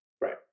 Right